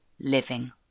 living